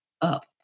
up